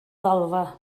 ddalfa